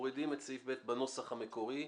מורידים את סעיף (ב) בנוסח המקורי,